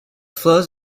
flows